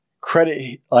credit